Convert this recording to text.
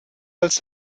als